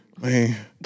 Man